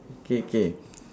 okay okay